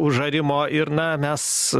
užarimo ir na mes